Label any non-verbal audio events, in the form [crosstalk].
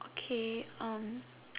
okay um [noise]